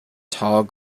tall